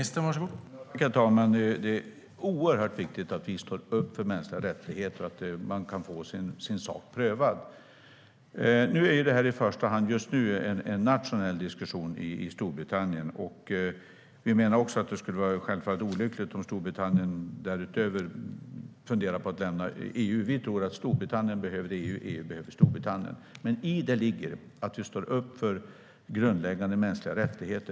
Herr talman! Det är oerhört viktigt att vi står upp för mänskliga rättigheter och att människor kan få sin sak prövad. Nu är detta i första hand en nationell diskussion i Storbritannien. Självfallet vore det olyckligt om Storbritannien därutöver funderar på att lämna EU. Vi tror att Storbritannien behöver EU och att EU behöver Storbritannien. I detta ligger att vi står upp för grundläggande mänskliga rättigheter.